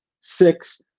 six